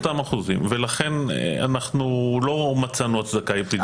אותם אחוזים, לכן לא מצאנו הצדקה אפידמיולוגית.